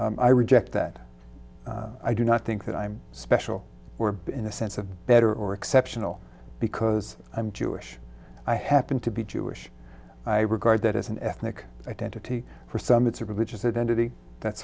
special i reject that i do not think that i'm special we're in a sense of better or exceptional because i'm jewish i happen to be jewish i regard that as an ethnic identity for some it's a religious identity that's